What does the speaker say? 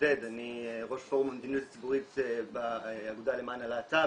אני ראש פורום המדיניות הציבורית באגודה למען הלהט"ב